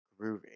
groovy